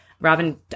Robin